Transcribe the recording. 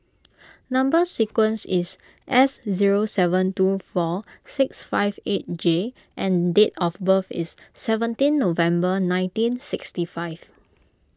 Number Sequence is S zero seven two four six five eight J and date of birth is seventeen November nineteen sixty five